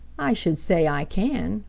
i should say i can.